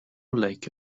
like